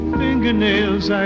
fingernails